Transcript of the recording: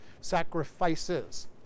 sacrifices